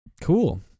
Cool